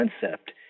concept